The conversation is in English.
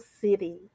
city